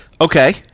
Okay